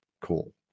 cool